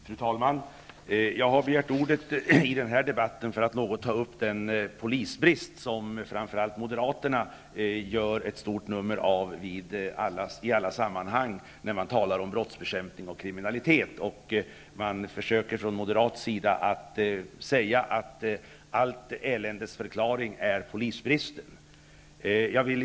Fru talman! Jag har begärt ordet i den här debatten för att peka på den brist på poliser som framför allt Moderaterna gör ett stort nummer av i alla sammanhang där man talar om brottsbekämpning och kriminalitet. Från moderat sida försöker man att säga att allt elände beror på bristen på poliser.